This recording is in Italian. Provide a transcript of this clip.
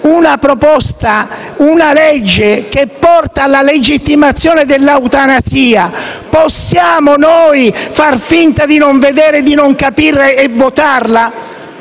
di votare una legge che porta alla legittimazione dell'eutanasia, possiamo noi fare finta di non vedere, di non capire e votarla?